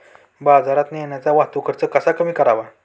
बाजारात नेण्याचा वाहतूक खर्च कसा कमी करावा?